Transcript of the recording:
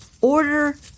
order